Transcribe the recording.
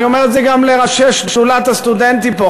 אני אומר את זה גם לראשי שדולת הסטודנטים פה,